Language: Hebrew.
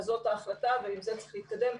אז זאת ההחלטה ועם זה צריך להתקדם.